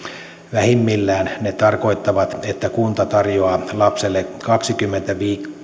vähimmillään ne tarkoittavat että kunta tarjoaa lapselle kaksikymmentä